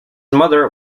mother